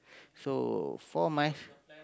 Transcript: so for my